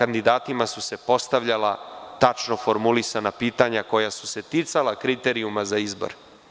Kandidatima su se postavljala tačno formulisana pitanja koja su se ticala kriterijuma za izbor.